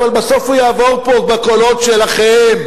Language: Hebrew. אבל בסוף הוא יעבור פה בקולות שלכם.